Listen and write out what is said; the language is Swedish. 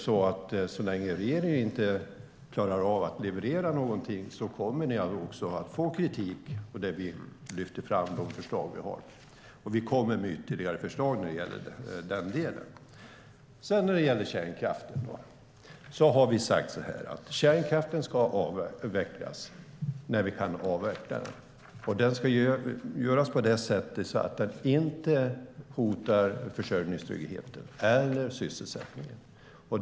Så länge regeringen inte klarar av att leverera något kommer ni att få kritik, där vi lyfter fram de förslag vi har. Vi kommer också med ytterligare förslag i den delen. När det gäller kärnkraften har vi sagt att kärnkraften ska avvecklas när vi kan avveckla den. Det ska göras så att det inte hotar försörjningstryggheten eller sysselsättningen.